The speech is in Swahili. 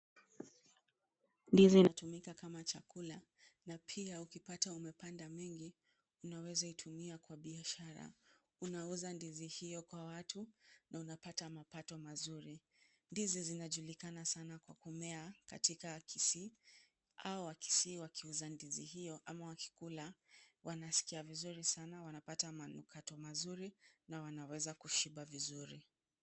Ndizi, inatumika kama chakula, na pia ukipata umepanda mingi, unaweza itumia kwa biashara; unauza ndizi hiyo kwa watu, na unapata mapato mazuri. Ndizi, zinajulikana sana kwa kumea katika kisii, hao wakisii wakiuza ndizi hiyo, ama wakikula, wanasikia vizuri sana, wanapata manukato mazuri, na wanaweza kushiba vizuri.